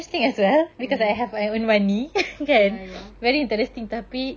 mm ya ya